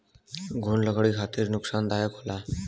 घुन लकड़ी के खातिर नुकसानदायक होला